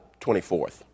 24th